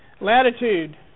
Latitude